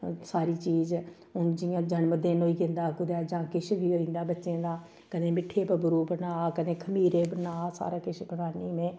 सारी चीज हून जि'यां जन्मदिन होई जंदा कुदै जां किश बी होई जंदा बच्चे दा कदें मिट्ठे बबरू बनाऽ कदें खमीरे बनाऽ सारा किश बन्नानी में